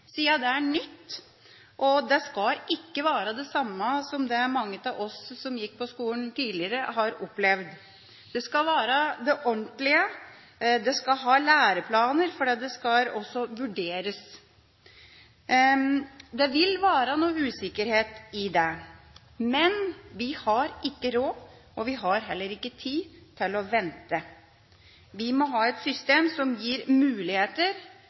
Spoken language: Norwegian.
det er nytt. Det skal ikke være det samme som det mange av oss som gikk på skolen tidligere, har opplevd. Det skal være ordentlig, og man skal ha læreplaner – for det skal også vurderes. Det vil være noe usikkerhet i det. Men vi har ikke råd og heller ikke tid til å vente. Vi må ha et system som gir muligheter,